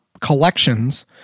collections